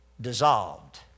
dissolved